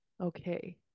okay